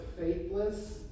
faithless